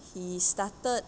he started